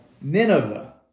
Nineveh